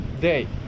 day